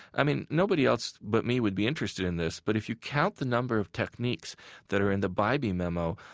i mean, nobody else but me would be interested in this, but if you count the number of techniques that are in the bybee memo,